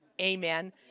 Amen